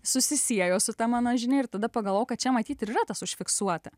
susisiejo su ta mano žinia ir tada pagalvojau kad čia matyt ir yra tas užfiksuota